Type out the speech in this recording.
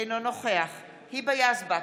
אינו נוכח היבה יזבק,